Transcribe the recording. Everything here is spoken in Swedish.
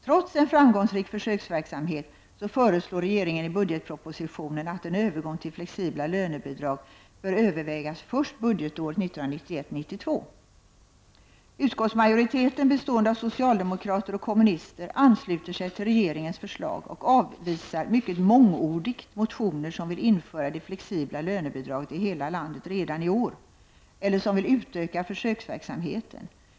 Trots en framgångsrik försöksverksamhet föreslår regeringen i budgetpropositionen att en övergång till flexibla lönebidrag bör övervägas först budgetåret 1991/92. Utskottsmajoriteten, bestående av socialdemokrater och kommunister, ansluter sig till regeringens förslag och avvisar mycket mångordigt motioner där man vill införa det flexibla lönebidraget i hela landet redan i år eller vill utöka försöksverksamheten.